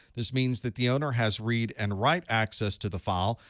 this means that the owner has read and write access to the file,